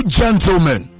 gentlemen